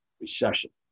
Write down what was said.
recession